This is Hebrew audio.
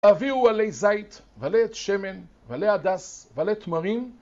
הביאו עלי זית ועלי עץ שמן ועלי הדס ועלי תמרים